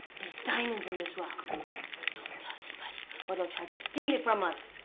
there's diamonds in this rock. but don't tell anybody, or they'll try to steal it from us.